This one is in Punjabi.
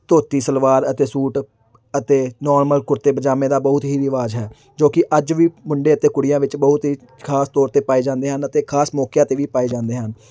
ਧੋਤੀ ਸਲਵਾਰ ਅਤੇ ਸੂਟ ਅਤੇ ਨੌਰਮਲ ਕੁੜਤੇ ਪਜਾਮੇ ਦਾ ਬਹੁਤ ਹੀ ਰਿਵਾਜ਼ ਹੈ ਜੋ ਕਿ ਅੱਜ ਵੀ ਮੁੰਡੇ ਅਤੇ ਕੁੜੀਆਂ ਵਿੱਚ ਬਹੁਤ ਹੀ ਖ਼ਾਸ ਤੌਰ 'ਤੇ ਪਾਏ ਜਾਂਦੇ ਹਨ ਅਤੇ ਖ਼ਾਸ ਮੌਕਿਆਂ 'ਤੇ ਵੀ ਪਾਏ ਜਾਂਦੇ ਹਨ